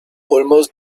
almost